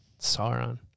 Sauron